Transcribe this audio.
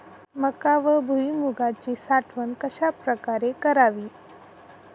मका व भुईमूगाची साठवण कशाप्रकारे करावी?